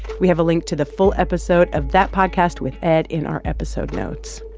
we have a link to the full episode of that podcast with ed in our episode notes